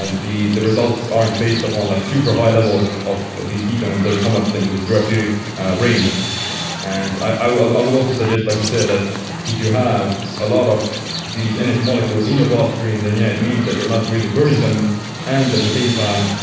ah the the results aren't based upon like super high levels of these ketones. they are somewhat in the therapeutic range and i i would also suggest, like you said, that if you have a lot of these energy molecules in your blood stream then yeah, it means that you're not really burning them and at the same time,